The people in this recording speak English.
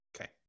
Okay